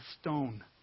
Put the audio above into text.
stone